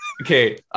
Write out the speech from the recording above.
Okay